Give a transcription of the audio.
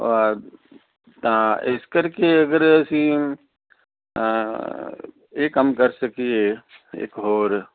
ਆਹ ਤਾਂ ਇਸ ਕਰਕੇ ਅਗਰ ਅਸੀਂ ਇਹ ਕੰਮ ਕਰ ਸਕੀਏ ਇੱਕ ਹੋਰ